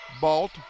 Balt